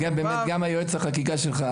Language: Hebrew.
גם יועץ החקיקה שלך,